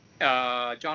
John